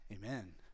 Amen